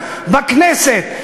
בכנסת,